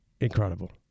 incredible